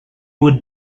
would